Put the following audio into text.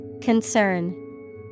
Concern